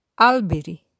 alberi